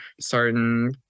certain